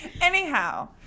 Anyhow